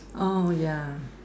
oh ya